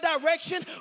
direction